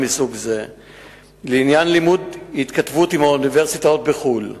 3. לעניין לימוד בהתכתבות עם אוניברסיטאות בחו"ל,